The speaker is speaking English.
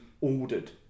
ordered